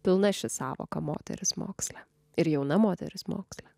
pilna ši sąvoka moteris moksle ir jauna moteris moksle